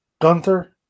Gunther